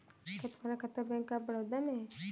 क्या तुम्हारा खाता बैंक ऑफ बड़ौदा में है?